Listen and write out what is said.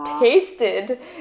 tasted